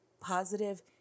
positive